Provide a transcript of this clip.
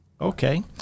Okay